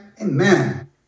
amen